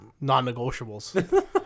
non-negotiables